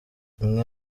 imwe